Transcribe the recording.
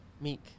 Meek